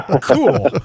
Cool